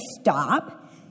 stop